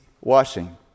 washing